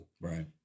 Right